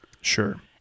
Sure